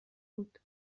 بود